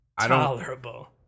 Tolerable